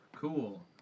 Cool